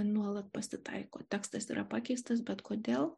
nuolat pasitaiko tekstas yra pakeistas bet kodėl